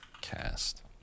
cast